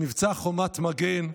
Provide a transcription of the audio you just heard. מבצע חומת מגן.